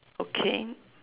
okay